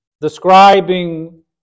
describing